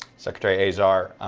secretary azar,